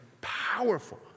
powerful